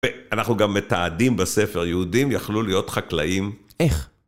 ואנחנו גם מתעדים בספר יהודים, יכלו להיות חקלאים איך?